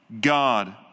God